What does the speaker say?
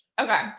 Okay